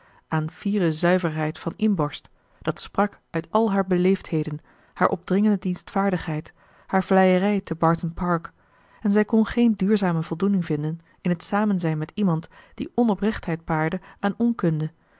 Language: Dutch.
aan fiere zuiverheid van inborst dat sprak uit al haar beleefdheden haar opdringende dienstvaardigheid haar vleierij te barton park en zij kon geen duurzame voldoening vinden in het samenzijn met iemand die onoprechtheid paarde aan onkunde